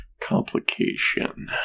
complication